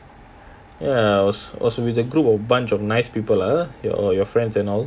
ya I was it was with a group of bunch of nice people ah your your friends and all